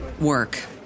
work